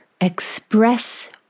express